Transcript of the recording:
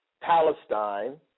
Palestine